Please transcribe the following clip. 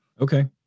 Okay